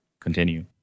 continue